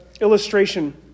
illustration